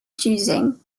choosing